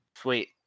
Sweet